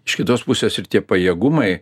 iš kitos pusės ir tie pajėgumai